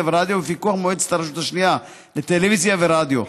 ורדיו ובפיקוח מועצת הרשות השנייה לטלוויזיה ורדיו.